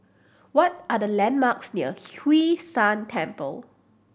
what are the landmarks near Hwee San Temple